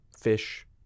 fish